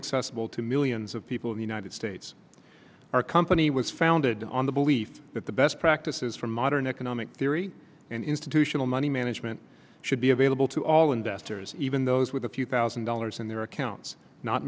accessible to millions of people in the united states our company was founded on the belief that the best practices from modern economic theory and institutional money management should be available to all investors even those with a few thousand dollars in their accounts not